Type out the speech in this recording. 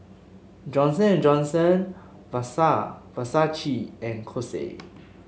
Johnson And Johnson Versace and Kose